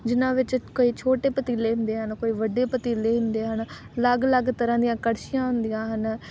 ਜਿਨ੍ਹਾਂ ਵਿੱਚ ਕਈ ਛੋਟੇ ਪਤੀਲੇ ਹੁੰਦੇ ਹਨ ਕੋਈ ਵੱਡੇ ਪਤੀਲੇ ਹੁੰਦੇ ਹਨ ਅਲੱਗ ਅਲੱਗ ਤਰ੍ਹਾਂ ਦੀਆਂ ਕੜਛੀਆਂ ਹੁੰਦੀਆਂ ਹਨ